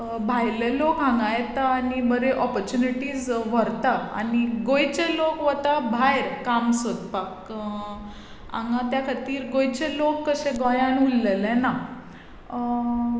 भायले लोक हांगा येता आनी बरे ऑपॉचुनिटीज व्हरता आनी गोंयचे लोक वता भायर काम सोदपाक हांगा त्या खातीर गोंयचे लोक कशे गोंयांतन उरल्ले ना